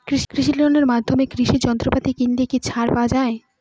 কৃষি লোনের মাধ্যমে কৃষি যন্ত্রপাতি কিনলে কি ছাড় পাওয়া যায়?